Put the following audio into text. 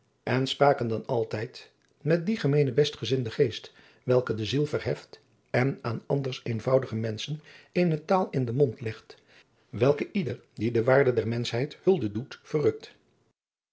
en spraken dan altijd met dien gemeenebestgezinden geest welke de ziel verheft en aan anders eenvoudige menschen eene taal in den mond legt welke ieder die de waardij der menschheid hulde doet verrukt